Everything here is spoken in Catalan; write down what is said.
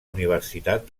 universitat